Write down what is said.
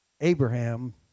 Abraham